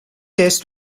test